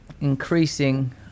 increasing